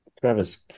Travis